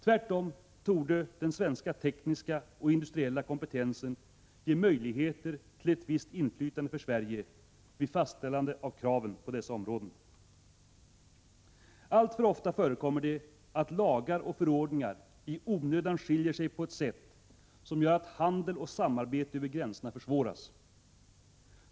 Tvärtom torde den svenska tekniska och industriella kompetensen ge möjligheter till ett visst inflytande för Sverige vid fastställande av kraven på dessa områden. Alltför ofta förekommer det att lagar och förordningar i onödan skiljer sig på ett sätt som gör att handel och samarbete över gränserna försvåras.